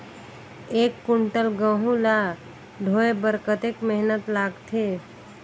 एक कुंटल गहूं ला ढोए बर कतेक मेहनत लगथे?